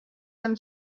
them